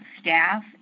staff